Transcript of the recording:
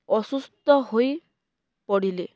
ଅସୁସ୍ଥ ହୋଇ ପଡ଼ିଲେ